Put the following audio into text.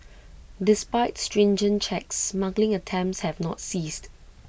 despite stringent checks smuggling attempts have not ceased